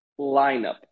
lineup